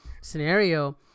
scenario